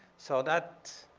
so that